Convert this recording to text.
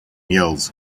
yells